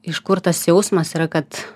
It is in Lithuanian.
iš kur tas jausmas yra kad